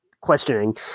questioning